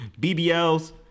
BBLs